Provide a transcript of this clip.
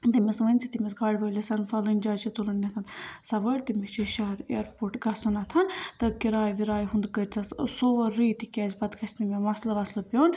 تٔمِس ؤنۍ زِ تٔمِس گاڑِ وٲلِس فَلٲنۍ جایہِ چھِ تُلٕنۍ سَوٲرۍ تٔمِس چھُ شَہر اِیرپورٹ گَژھُن تہٕ کِراے وِراے ہُنٛد کٔرۍ زیٚس سورُے تِکیٛازِ پَتہٕ گژھہِ نہٕ مےٚ مسلہٕ وسلہٕ پیٛون